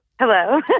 Hello